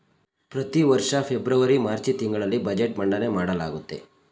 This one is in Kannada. ಪ್ರತಿವರ್ಷ ಫೆಬ್ರವರಿ ಮಾರ್ಚ್ ತಿಂಗಳಲ್ಲಿ ಬಜೆಟ್ ಮಂಡನೆ ಮಾಡಲಾಗುತ್ತೆ